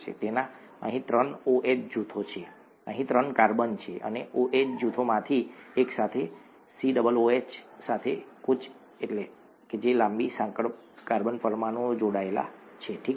તેના અહીં ત્રણ OH જૂથો છે અહીં ત્રણ કાર્બન છે અને આ OH જૂથોમાંથી એક સાથે COOH સાથે લાંબી સાંકળ કાર્બન પરમાણુ જોડાયેલ છે ઠીક છે